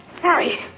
Harry